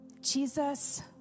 Jesus